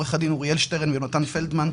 עו"ד אוריאל שטרן ומתן פלדמן,